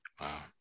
wow